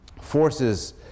forces